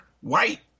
white